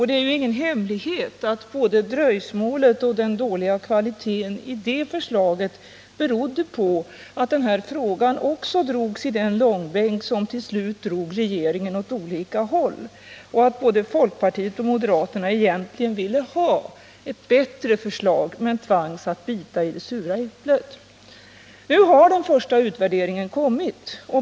Det är ju ingen hemlighet att både dröjsmålet och den dåliga kvaliteten berodde på att den här frågan också drogs i den långbänk som till slut drev regeringspartierna åt olika håll och att både folkpartiet och moderata samlingspartiet egentligen ville ha ett bättre förslag men tvangs att bita i det sura äpplet. Nu har den första utvärderingen kommit.